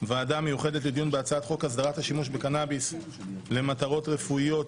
ועדה מיוחדת לדיון בהצעת חוק הסדרת השימוש בקנאביס למטרות רפואיות,